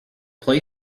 play